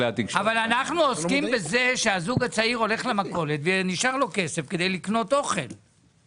אנחנו עוסקים בזה שלזוג הצעיר יישאר כסף כדי לקנות אוכל במכולת.